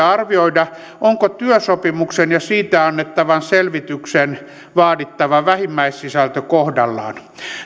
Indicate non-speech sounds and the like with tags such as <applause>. <unintelligible> arvioida onko työsopimuksen ja siitä annettavan selvityksen vaadittava vähimmäissisältö kohdallaan